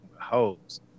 hoes